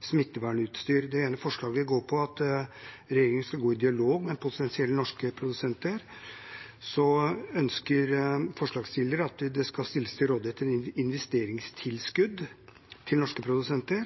smittevernutstyr. Det ene forslaget går ut på at regjeringen skal gå i dialog med potensielle norske produsenter. Så ønsker forslagsstillerne at det skal stilles investeringstilskudd til rådighet for norske produsenter.